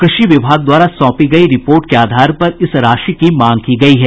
कृषि विभाग द्वारा सौंपी गयी रिपोर्ट के आधार पर इस राशि की मांग की गयी है